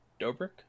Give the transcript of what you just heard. Dobrik